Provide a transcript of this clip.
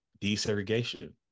desegregation